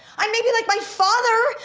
i maybe like my father,